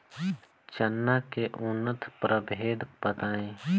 चना के उन्नत प्रभेद बताई?